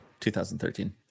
2013